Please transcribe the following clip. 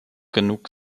genug